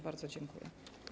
Bardzo dziękuję.